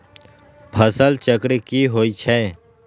फसल चक्र की होई छै?